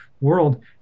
world